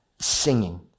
singing